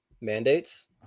mandates